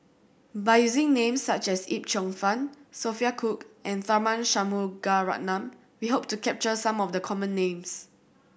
by using names such as Yip Cheong Fun Sophia Cooke and Tharman Shanmugaratnam we hope to capture some of the common names